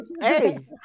hey